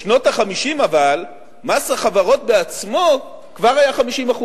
אבל בשנות ה-50 מס החברות עצמו כבר היה 50%,